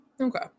Okay